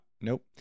nope